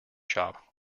shop